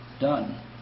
done